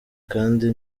kandi